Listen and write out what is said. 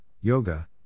Yoga